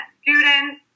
students